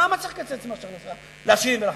למה צריך לקצץ במס ההכנסה לעשירים ולחברות?